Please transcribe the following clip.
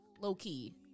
low-key